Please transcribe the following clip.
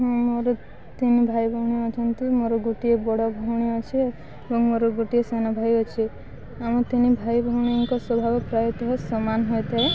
ହଁ ମୋର ତିନି ଭାଇ ଭଉଣୀ ଅଛନ୍ତି ମୋର ଗୋଟିଏ ବଡ଼ ଭଉଣୀ ଅଛି ଏବଂ ମୋର ଗୋଟିଏ ସାନ ଭାଇ ଅଛି ଆମ ତିନି ଭାଇ ଭଉଣୀଙ୍କ ସ୍ଵଭାବ ପ୍ରାୟତଃ ସମାନ ହୋଇଥାଏ